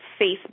Facebook